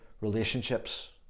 relationships